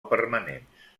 permanents